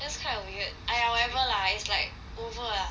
this kind of weird !aiya! whatever lah it's like over ah